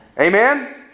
Amen